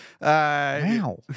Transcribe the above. Wow